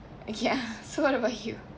okay ya so what about you